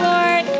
Lord